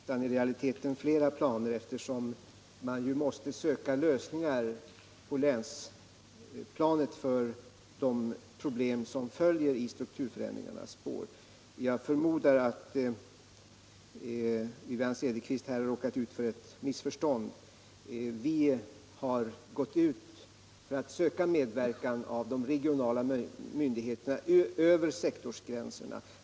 Herr talman! Det blir inte fråga om en plan utan i realiteten om flera planer, eftersom man måste söka lösningar på länsnivå av de problem som följer i strukturförändringarnas spår. Jag förmodar att Wivi-Anne Cederqvist här har råkat ut för ett missförstånd. Vi har gått ut och sökt medverkan av de regionala myndigheterna över sektorsgränserna.